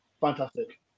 fantastic